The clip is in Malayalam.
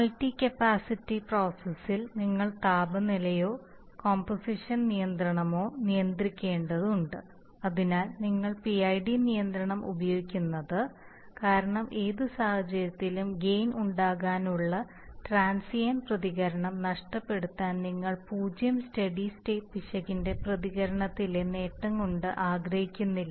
മൾട്ടി കപ്പാസിറ്റി പ്രോസസ്സിൽ നിങ്ങൾ താപനിലയോ കോമ്പോസിഷൻ നിയന്ത്രണമോ നിയന്ത്രിക്കേണ്ടതുണ്ട് അതിനാലാണ് നിങ്ങൾ PID നിയന്ത്രണം ഉപയോഗിക്കുന്നത് കാരണം ഏത് സാഹചര്യത്തിലും ഗെയിൻ ഉണ്ടാക്കാനുള്ള ട്രാൻസിയൻറ്റ് പ്രതികരണം നഷ്ടപ്പെടുത്താൻ നിങ്ങൾ പൂജ്യം സ്റ്റെഡി സ്റ്റേറ്റ് പിശകിന്റെ പ്രതികരണത്തിലെ നേട്ടം കൊണ്ട് ആഗ്രഹിക്കുന്നില്ല